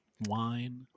wine